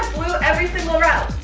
every single round.